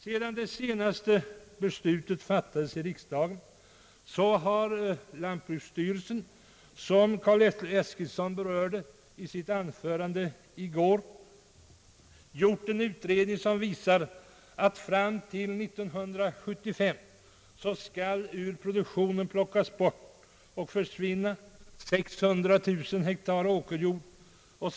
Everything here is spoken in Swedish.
Sedan det senaste beslutet fattades i riksdagen har lantbruksstyrelsen, som Carl Eskilsson berörde i sitt anförande i går, gjort en utredning som visar att fram till 1975 skall ur produktionen plockas bort och försvinna 600 000 hektar åkerjord, och.